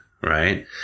right